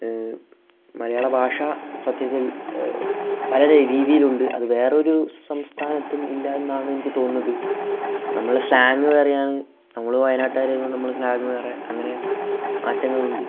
മലയാള ഭാഷ സത്യത്തിൽ പല രീതിയിലുണ്ട് അതു വേറൊരു സംസ്ഥാനത്തും ഇല്ലാന്നാണ് എനിക്കു തോന്നുന്നത് നമ്മള് സ്ലാങ് വേറെയാണ് നമ്മള് വയനാട്ടുകാരായതുകൊണ്ട് നമ്മളെ സ്ലാങ് വേറെ അങ്ങനെ മാറ്റങ്ങളുണ്ട്